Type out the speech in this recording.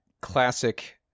classic